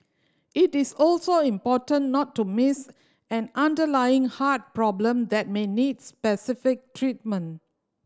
it is also important not to miss an underlying heart problem that may need specific treatment